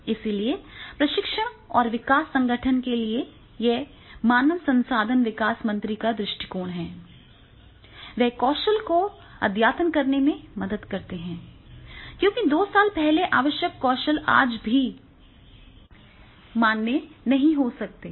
इसलिए प्रशिक्षण और विकास संगठन के लिए ये मानव संसाधन विकास मंत्री का दृष्टिकोण है वे कौशल को अद्यतन करने में मदद करते हैं क्योंकि दो साल पहले आवश्यक कौशल आज भी मान्य नहीं हो सकते हैं